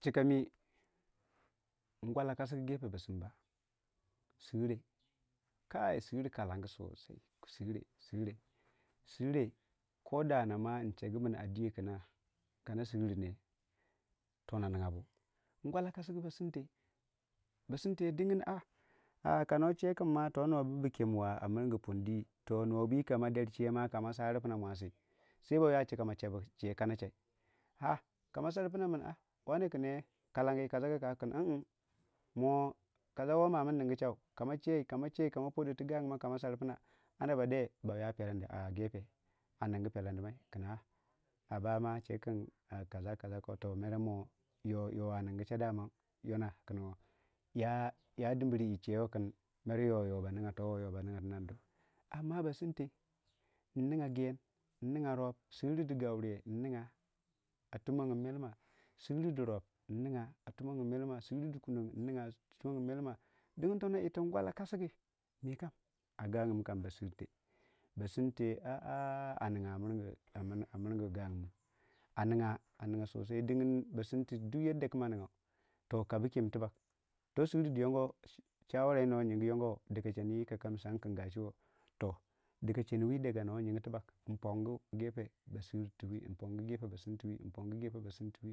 Chika mi ngwalla kasgu basimba sire ei sire kalangi sosai sire, sire, sire kodana ma nchegu min a diyokinna kana sirri ne tona ningabu ngwalla kasgu ba sinte ba sinte dingin a kano che kin ma toh nuwa bubukemwa a mirgu pundii toh nuwabu kama derchema kama sarpiina mousi sai ba yo chika ma chebu che kanachei a'a kama sorpiinna min a'a wane kinye kallange yi kasa ka kawu kin mm moo kasawo amin ningi chau kamacheyi kamachei ama padi tu gagumon kama sarpiinna anda ba de bayopullandi mai gefe aningu pellendumei in a abama a chekin kasa kasa ko tu mere mo yoaningu che daman yona kin woo ya dimbir wuchewei in meryoyo ba ninga towoo yo ba ninga tinandu amma ba sinte nninga giin uninga rop suri du gauryou nninga a tummogin melma surri du rop nningo a tummogin melma surri du kunom nninga a tummogin melma dingin uno yirtun gwalla kasgi mikam agagumu kam ba simtei simte a'a aninga a mirgu gagumu aninga aniga sosai dingin ba simte duk yadda kimma ningau u kabu kem tubag to surri duyongo wu yongo woo dokachei wu aka mi sangi kin gashi woo to dikachewi daka noyinge tibbag npungu gefe ba simtiwii ba simtiwii basimtiwii.